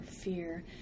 fear